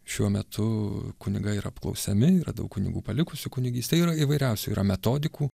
šiuo metu kunigai yra apklausiami yra daug kunigų palikusių kunigystę yra įvairiausių yra metodikų